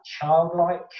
childlike